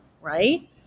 right